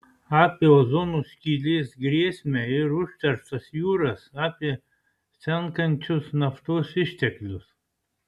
apie ozono skylės grėsmę ir užterštas jūras apie senkančius naftos išteklius